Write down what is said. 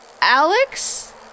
alex